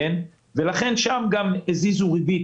ולכן שם גם הזיזו ריבית.